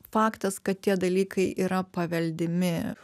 faktas kad tie dalykai yra paveldimi